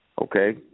Okay